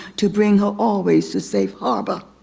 to bring her always to safe harbor.